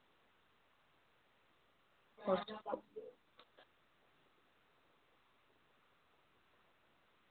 अच्छा